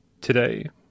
today